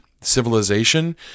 civilization